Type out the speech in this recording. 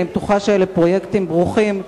אני בטוחה שאלה פרויקטים ברוכים,